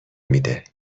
میده